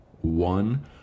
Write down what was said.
one